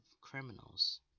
criminals